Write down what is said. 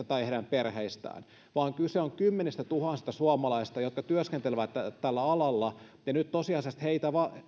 tai heidän perheistään vaan kyse on kymmenistätuhansista suomalaisista jotka työskentelevät tällä alalla ja nyt tosiasiallisesti